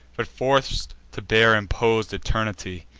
but forc'd to bear impos'd eternity!